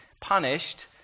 punished